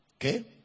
Okay